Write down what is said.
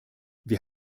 wir